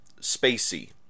spacey